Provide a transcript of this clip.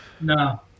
No